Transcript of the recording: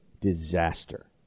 disaster